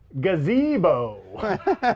gazebo